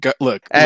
Look